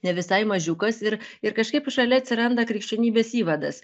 ne visai mažiukas ir ir kažkaip šalia atsiranda krikščionybės įvadas